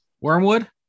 Wormwood